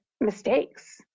mistakes